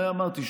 אמרתי,